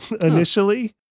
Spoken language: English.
initially